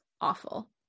awful